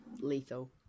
Lethal